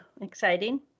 exciting